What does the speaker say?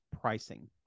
pricing